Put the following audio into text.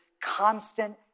constant